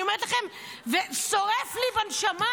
אני אומרת לכם ושורף לי בנשמה.